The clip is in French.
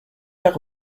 tard